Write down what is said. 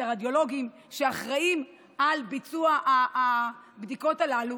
את הרדיולוגים שאחראים לביצוע הבדיקות הללו